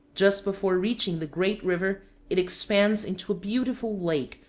just before reaching the great river it expands into a beautiful lake,